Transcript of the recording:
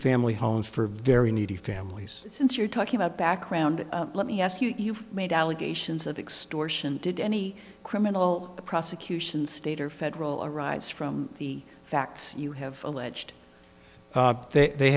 family homes for very needy families since you're talking about background let me ask you you've made allegations of extortion did any criminal prosecution state or federal arise from the facts you have alleged that they